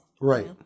Right